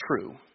true